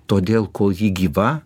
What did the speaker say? todėl kol ji gyva